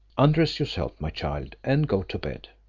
undress yourself, my child, and go to bed.